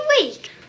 week